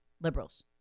liberals